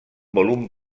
volum